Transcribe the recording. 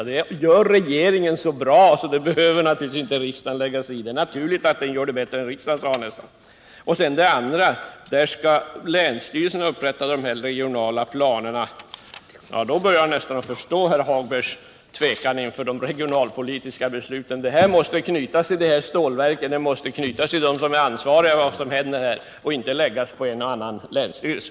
Det här gör regeringen så bra så det behöver naturligtvis inte riksdagen lägga sig i — så lät det nästan från herr Sjönell. När herr Sjönell säger att länsstyrelsen skall upprätta de regionala planerna, då börjar jag nästan förstå Lars-Ove Hagbergs tvekan inför de regionalpolitiska besluten. Stålverken måste knytas till dem som är ansvariga för vad som händer och inte läggas på en eller annan länsstyrelse.